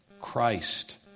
Christ